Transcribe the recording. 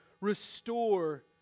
restore